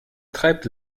treibt